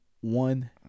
one